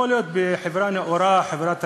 יכול להיות שבחברה נאורה, חברה תרבותית,